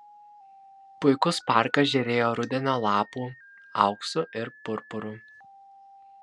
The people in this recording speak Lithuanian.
puikus parkas žėrėjo rudenio lapų auksu ir purpuru